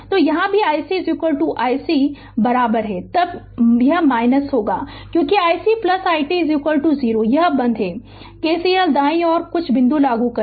तो यहाँ भी iC iC तब यह इसलिए है क्योंकि iC i t 0 यह बंद है KCL दाईं ओर कुछ बिंदु लागू करें